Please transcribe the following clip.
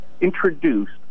introduced